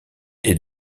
est